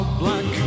black